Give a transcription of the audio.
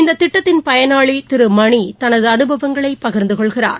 இந்ததிட்டத்தின் பயனாளிதிருமணிதனதுஅனுபவங்களைபகிாந்துகொள்கிறார்